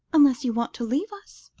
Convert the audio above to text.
unless you want to leave us?